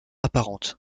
apparentes